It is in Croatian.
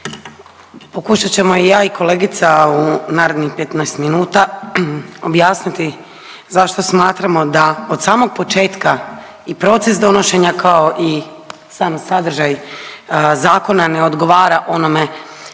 Pokušat ćemo i ja i kolegica u narednih 15 minuta objasniti zašto smatramo da od samog početka i proces donošenja kao i sami sadržaj zakona ne odgovara onome